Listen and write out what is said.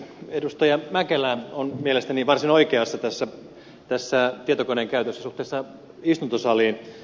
edustaja mäkelä on mielestäni varsin oikeassa tässä tietokoneen käytössä suhteessa istuntosaliin